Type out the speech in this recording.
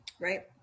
right